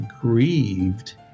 grieved